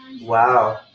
Wow